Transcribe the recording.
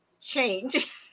change